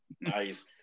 Nice